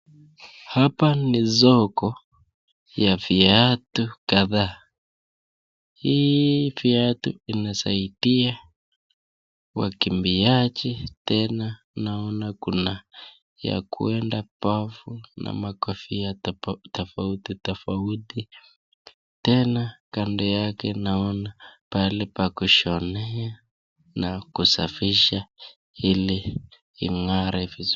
Hapa ni soko ya viatu kadhaa hii viatu imesaidia wakimbiaji tena naona kuna ya kuenda bafu na makofia tofauti tofauti, tena kando yake naona pahali pa kushonea na kusafisha ili ingare vizuri.